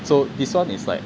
so this one is like